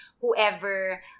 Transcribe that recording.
whoever